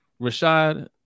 rashad